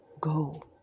go